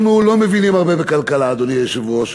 אנחנו לא מבינים הרבה בכלכלה, אדוני היושב-ראש.